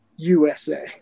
usa